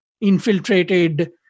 infiltrated